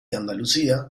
andalucía